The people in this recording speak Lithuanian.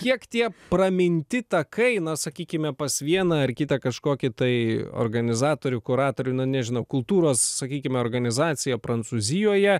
kiek tie praminti takai na sakykime pas vieną ar kitą kažkokį tai organizatorių kuratorių nu nežinau kultūros sakykime organizacija prancūzijoje